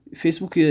Facebook